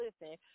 listen